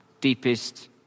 deepest